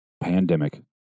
Pandemic